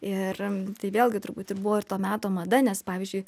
ir tai vėlgi turbūt ir buvo ir to meto mada nes pavyzdžiui